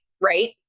right